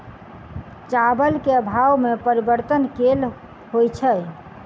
चावल केँ भाव मे परिवर्तन केल होइ छै?